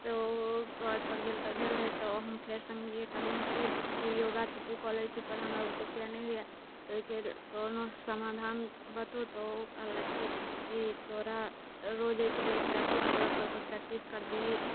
घर पर गेलहुँ तऽ भेल नहि तऽ हम फेर सङ्गीके कहलहुँ कि योगा तऽ तू कऽ लै छिही पर हमरा बुते किआ नहि होइया तऽ ओहिके कोनो समाधान बताउ तऽ ओ कहलक कि कि तोरा रोज एहिके लेल प्रैक्टिस करऽ पड़तहुँ प्रैक्टिस करबिही